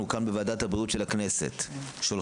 אנחנו,